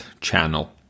channel